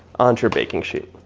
onto your baking sheet.